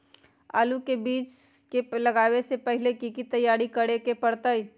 आलू के बीज के लगाबे से पहिले की की तैयारी करे के परतई?